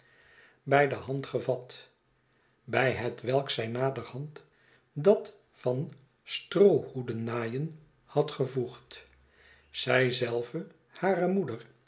bij de hand gevat bij hetwelk zij naderhand dat van stroohoedennaaien had gevoegd zij zelve hare moeder